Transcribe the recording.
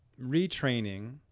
retraining